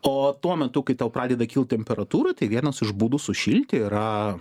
o tuo metu kai tau pradeda kilt temperatūra tai vienas iš būdų sušilti yra